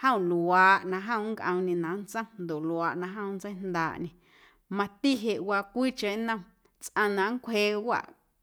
jom luaaꞌ na jom nncꞌoomñe na nntsom ndoꞌ luaaꞌ na jom nntseijndaaꞌñe mati jeꞌ waa cwiicheⁿ nnom tsꞌaⁿ na nncwjeeꞌ waꞌ.